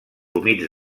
humits